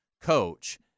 coach